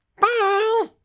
bye